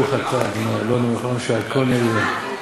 ברוך אתה ה' אלוהינו מלך העולם שהכול נהיה בדברו.